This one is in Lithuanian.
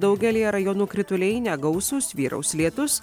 daugelyje rajonų krituliai negausūs vyraus lietus